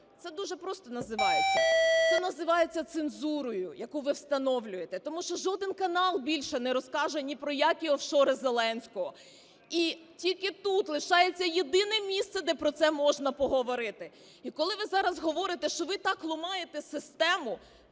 Це дуже просто називається – це називається цензурою, яку ви встановлюєте. Тому що жоден канал більше не розкаже ні про які офшори Зеленського. І тільки тут лишається єдине місце, де про це можна поговорити. І коли ви зараз говорите, що ви так ламаєте систему,